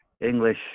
English